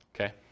okay